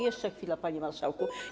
Jeszcze chwila, panie marszałku.